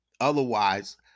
otherwise